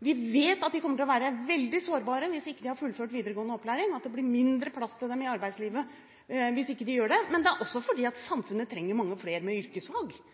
Vi vet at de kommer til å være veldig sårbare hvis de ikke har fullført videregående opplæring, at det blir mindre plass til dem i arbeidslivet hvis de ikke gjør det, men samfunnet trenger også